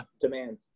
Demand